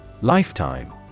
Lifetime